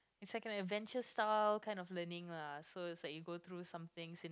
it's like an adventure style kind of learning lah so it's like you go through something